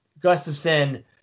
Gustafson